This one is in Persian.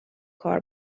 کار